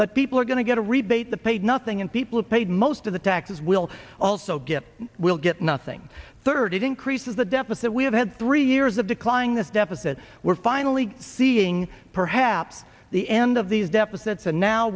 but people are going to get a rebate the paid nothing and people paid most of the taxes will also get will get nothing third it increases the deficit we have had three years of declining this deficit we're finally seeing perhaps the end of these deficits and now